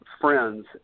Friends